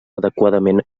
adequadament